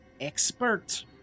expert